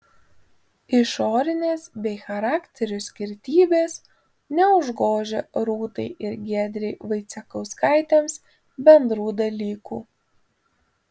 išorinės bei charakterių skirtybės neužgožia rūtai ir giedrei vaicekauskaitėms bendrų dalykų